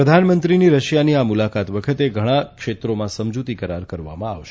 પ્રધાનમંત્રીની રશિયાની આ મુલાકાત વખતે ઘણા ક્ષેત્રોમાં સમજૂતી કરાર કરવામાં આવશે